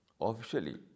officially